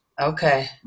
Okay